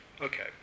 Okay